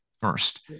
first